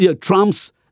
Trump's